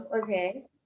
okay